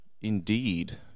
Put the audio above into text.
Indeed